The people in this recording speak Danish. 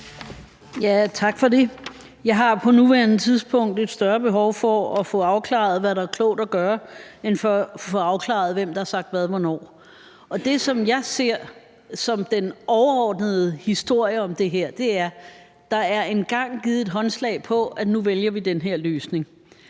Tak for det. Jeg har på nuværende tidspunkt et større behov for at få afklaret, hvad der er klogt at gøre, end for at få afklaret, hvem der har sagt hvad hvornår. Det, som jeg ser som den overordnede historie om det her, er, at der engang er givet et håndslag på, at vi nu vælger den her løsning.